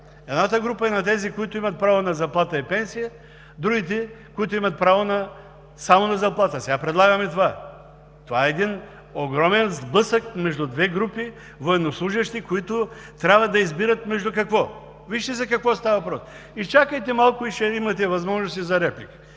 едната група е на тези, които имат право на заплата и пенсия, другите, които имат право само на заплата – сега предлагаме това. Това е един огромен сблъсък между две групи военнослужещи, които трябва да избират между какво? Вижте за какво става въпрос. (Реплики от ОП.) Изчакайте малко и ще имате възможност и за реплики.